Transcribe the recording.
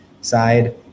side